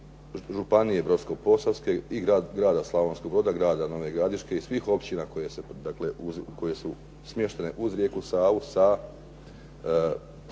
županije Brodsko-posavske i grada Slavonskog Broda, grada Nove Gradiške i svih općina koje su smještene uz rijeku Savu sa